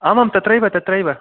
आमाम् तत्रैव तत्रैव